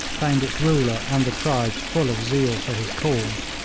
found its ruler and the tribes full of zeal for his cause,